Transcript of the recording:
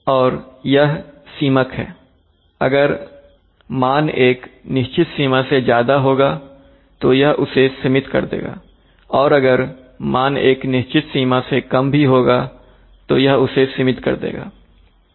और यह सीमक है अगर मान एक निश्चित सीमा से ज्यादा होगा तो यह उसे सीमित कर देगा और अगर मान एक निश्चित सीमा से कम भी होगा तो यह उसे भी सीमित कर देगा